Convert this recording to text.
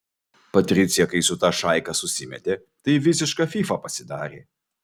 patricija kai su ta šaika susimetė tai visiška fyfa pasidarė